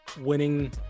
winning